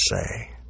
say